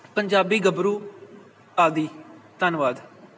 ਪੰਜਾਬੀ ਗੱਭਰੂ ਆਦਿ ਧੰਨਵਾਦ